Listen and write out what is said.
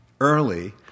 early